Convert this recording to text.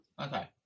Okay